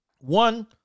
One